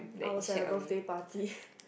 I was at a birthday party